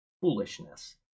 foolishness